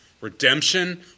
Redemption